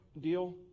deal